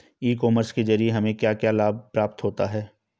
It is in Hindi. ई कॉमर्स के ज़रिए हमें क्या क्या लाभ प्राप्त होता है?